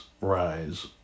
rise